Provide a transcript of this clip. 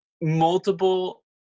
multiple